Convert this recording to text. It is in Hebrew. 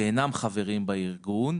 שאינם חברים בארגון,